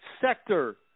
sector